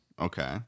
Okay